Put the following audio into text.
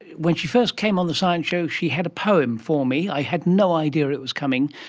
when she first came on the science show she had a poem for me, i had no idea it was coming,